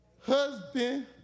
husband